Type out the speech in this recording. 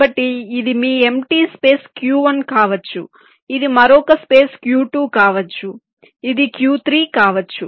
కాబట్టి ఇది మీ ఎంప్టీ స్పేస్ Q1 కావచ్చు ఇది మరొక స్పేస్ Q2 కావచ్చు ఇది Q3 కావచ్చు